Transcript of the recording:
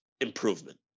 improvement